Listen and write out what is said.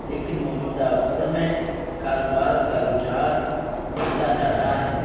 لیکن موجودہ وقت میں کاروبار کا رجحان بڑھتا جا رہا ہے